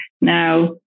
Now